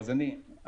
אז אני מסיים.